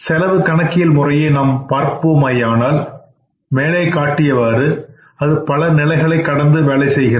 செலவு கணக்கியல் முறையை நாம் பார்ப்போமேயானால் மேலே காட்டியவாறு அது பல நிலைகளை கடந்து வேலை செய்கிறது